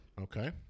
Okay